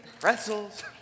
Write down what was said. Pretzels